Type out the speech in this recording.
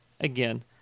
again